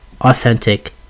authentic